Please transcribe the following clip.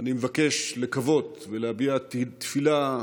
אני מבקש לקוות ולהביע תפילה,